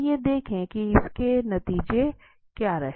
आइये देखे की इसके नतीजे क्या रहे